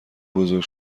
بزرگ